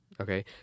Okay